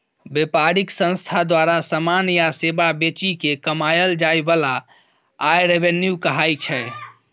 बेपारिक संस्था द्वारा समान या सेबा बेचि केँ कमाएल जाइ बला आय रेवेन्यू कहाइ छै